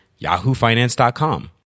yahoofinance.com